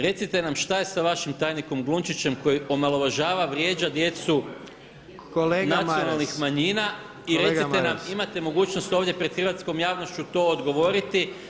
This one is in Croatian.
Recite nam šta je sa vašim tajnikom Glunčićem koji omalovažava, vrijeđa djecu nacionalnih manjina [[Upadica Jandroković: Kolega Maras.]] i recite nam, imate mogućnost ovdje pred hrvatskom javnošću to odgovoriti.